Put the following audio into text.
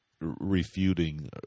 refuting